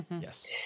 Yes